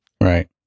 Right